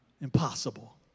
Impossible